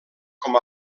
com